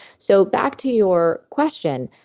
so back to your question,